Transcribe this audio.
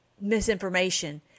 misinformation